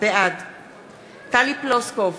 בעד טלי פלוסקוב,